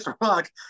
Rock